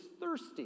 thirsty